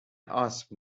آسم